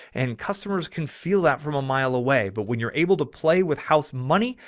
and customers can feel that from a mile away, but when you're able to play with house money,